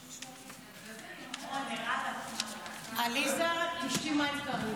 תודה רבה, אדוני היושב-ראש.